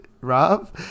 Rob